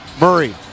Murray